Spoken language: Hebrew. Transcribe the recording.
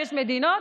יש מדינות